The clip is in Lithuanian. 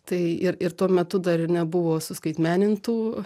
tai ir ir tuo metu dar ir nebuvo suskaitmenintų